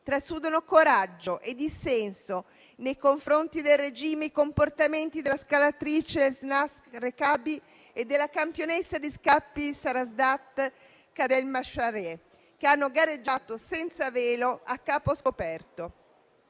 Trasudano coraggio e dissenso nei confronti del regime i comportamenti della scalatrice Elnaz Rekabi e della campionessa di scacchi Sarasadat Khademolsharieh, che hanno gareggiato senza velo, a capo scoperto.